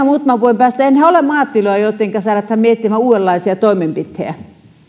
muutaman vuoden päästä ole maatiloja joitten kanssa lähdetään miettimään uudenlaisia toimenpiteitä